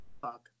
fuck